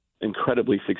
incredibly